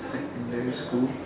secondary school